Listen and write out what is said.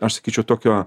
aš sakyčiau tokio